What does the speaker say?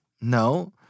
No